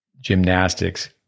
gymnastics